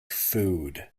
food